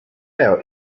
our